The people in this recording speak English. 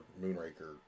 Moonraker